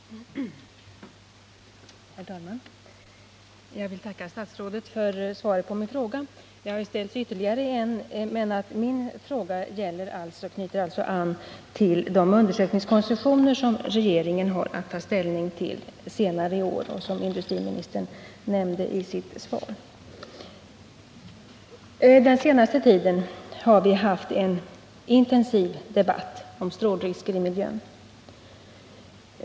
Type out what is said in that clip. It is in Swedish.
Herr talman! Jag vill tacka statsrådet för svaret på min fråga. Det har ställts ytterligare en, men min fråga knyter alltså an till de undersökningskoncessioner som regeringen har att ta ställning till senare i år och som industriministern nämnde i sitt svar. Den senaste tiden har vi haft en intensiv debatt om strålrisker i miljön.